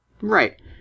Right